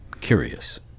curious